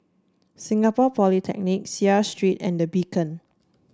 Singapore Polytechnic Seah Street and The Beacon